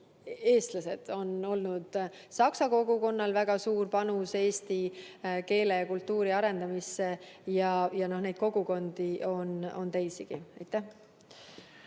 eestlased. On olnud saksa kogukonnal väga suur panus eesti keele ja kultuuri arendamisse ja neid kogukondi on teisigi. Valdo